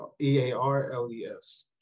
e-a-r-l-e-s